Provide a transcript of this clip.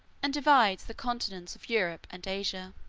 and divides the continents of europe and asia.